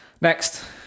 next